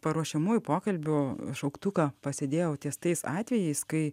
paruošiamųjų pokalbių šauktuką pasėdėjau ties tais atvejais kai